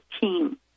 team